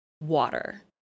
water